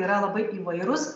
yra labai įvairūs